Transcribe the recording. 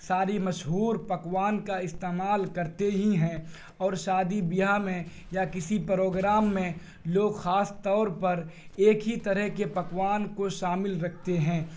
ساری مشہور پکوان کا استعمال کرتے ہی ہیں اور شادی بیاہ میں یا کسی پروگرام میں لوگ خاص طور پر ایک ہی طرح کے پکوان کو شامل رکھتے ہیں